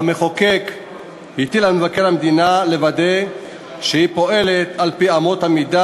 והמחוקק הטיל על מבקר המדינה לוודא שהיא פועלת על-פי אמות המידה